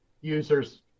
users